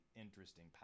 interesting